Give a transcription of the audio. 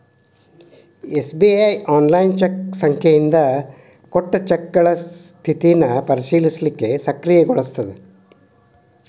SBI online cheque ಸಂಖ್ಯೆಯಿಂದ ಕೊಟ್ಟ ಚೆಕ್ಗಳ ಸ್ಥಿತಿನ ಪರಿಶೇಲಿಸಲಿಕ್ಕೆ ಸಕ್ರಿಯಗೊಳಿಸ್ತದ